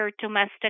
domestic